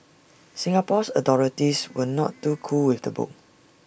Singapore's authorities were not too cool with the book